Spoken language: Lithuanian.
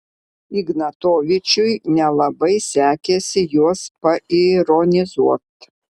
ignatovičiui nelabai sekėsi juos paironizuot